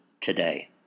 today